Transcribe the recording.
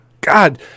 God